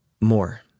more